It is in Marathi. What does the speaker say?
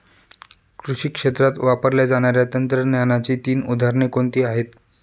कृषी क्षेत्रात वापरल्या जाणाऱ्या तंत्रज्ञानाची तीन उदाहरणे कोणती आहेत?